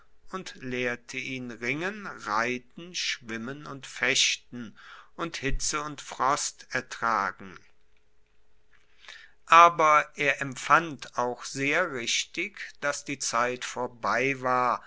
und lehrte ihn ringen reiten schwimmen und fechten und hitze und frost ertragen aber er empfand auch sehr richtig dass die zeit vorbei war